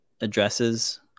addresses